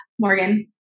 Morgan